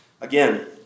Again